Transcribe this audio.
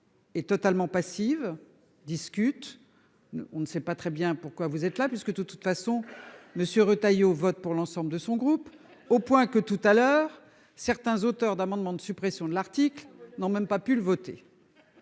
Et totalement passive discute. On ne sait pas très bien pourquoi vous êtes là puisque de toute façon monsieur Retailleau vote pour l'ensemble de son groupe au point que tout à l'heure, certains auteurs d'amendements de suppression de l'article n'ont même pas pu le voter.